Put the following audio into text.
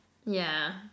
yeah